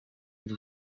y’u